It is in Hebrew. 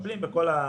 מטפלים בכל הדברים,